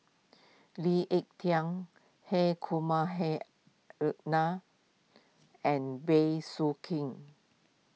Lee Ek Tieng Hri Kumar Hri Nair and Bey Soo Khiang